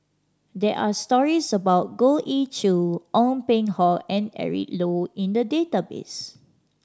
there are stories about Goh Ee Choo Ong Peng Hock and Eric Low in the database